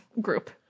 Group